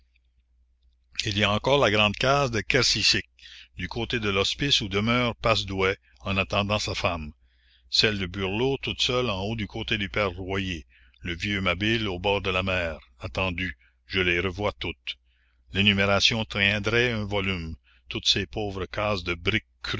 il y a encore la grande case de kersisik du côté de l'hospice où demeure passedouet en attendant sa femme celle de burlot toute seule en haut du côté du père royer le vieux mabile au bord de la mer à tendu je les revois toutes l'énumération tiendrait un volume toutes ces pauvres cases de